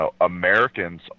Americans